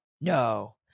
No